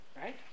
right